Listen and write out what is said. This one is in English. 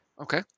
Okay